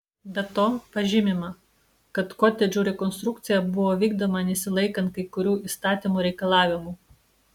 be to pažymima kad kotedžų rekonstrukcija buvo vykdoma nesilaikant kai kurių įstatymų reikalavimų